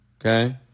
Okay